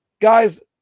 Guys